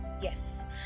yes